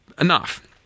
enough